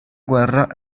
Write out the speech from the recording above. guerra